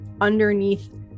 underneath